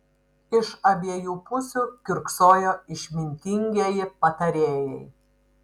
iš abiejų pusių kiurksojo išmintingieji patarėjai